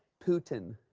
putin.